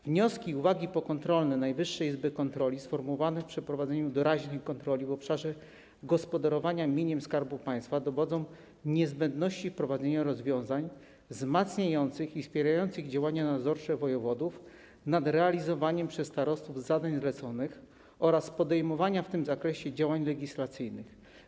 Wnioski i uwagi pokontrolne Najwyższej Izby Kontroli sformułowane po przeprowadzeniu doraźnych kontroli w obszarze gospodarowania mieniem Skarbu Państwa dowodzą niezbędności wprowadzenia rozwiązań wzmacniających i wspierających działania nadzorcze wojewodów nad realizowaniem przez starostów zadań zleconych oraz podejmowania w tym zakresie działań legislacyjnych.